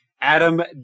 Adam